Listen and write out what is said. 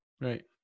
Right